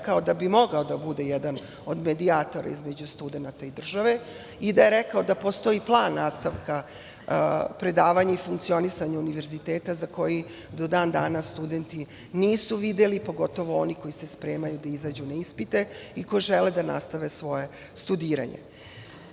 da bi mogao da bude jedan od medijatora između studenata i države i koji je rekao da postoji plan nastavka predavanja i funkcionisanja univerziteta za koji, dan danas, studenti nisu videli, a pogotovo oni koji se spremaju da izađu na ispite i koji žele da nastave svoje studiranje. Nakon